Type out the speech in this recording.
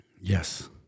Yes